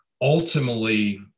Ultimately